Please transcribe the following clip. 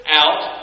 out